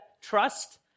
trust